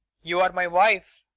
you're my wife.